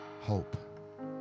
Hope